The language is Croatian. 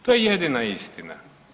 To je jedina istina.